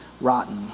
rotten